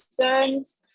concerns